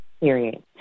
Period